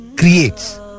Creates